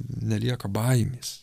nelieka baimės